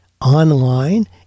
online